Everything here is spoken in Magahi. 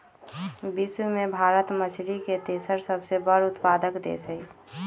विश्व में भारत मछरी के तेसर सबसे बड़ उत्पादक देश हई